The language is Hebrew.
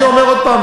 אני אומר עוד פעם,